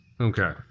Okay